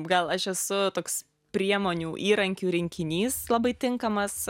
gal aš esu toks priemonių įrankių rinkinys labai tinkamas